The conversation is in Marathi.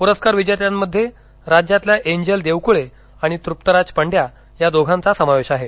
पुरस्कार विजेत्यांमध्ये राज्यातल्या एंजल देवक्ळे आणि तृप्तराज पंड्या या दोघांचा समावेश आहे